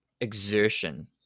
exertion